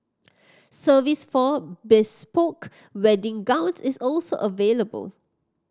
service for bespoke wedding gowns is also available